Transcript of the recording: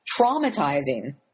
traumatizing